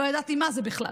לא ידעתי מה זה בכלל.